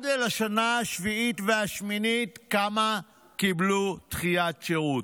עד לשנה השביעית והשמינית, כמה קיבלו דחיית שירות.